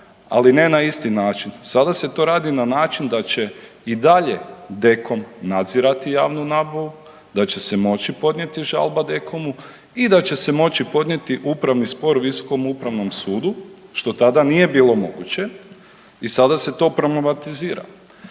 ali ne na isti način. Sada se to radi na način da će i dalje DEKOM nadzirati javnu nabavu, da će se moći podnijeti žalba DEKOM-u i da će se moći podnijeti upravni spor Visokom upravnom sudu, što tada nije bilo moguće i sada se to .../Govornik